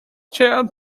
chair